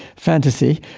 fantasy.